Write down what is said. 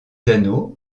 anneaux